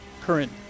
current